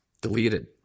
deleted